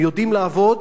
הם יודעים לעבוד,